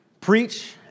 preach